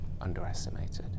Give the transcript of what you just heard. underestimated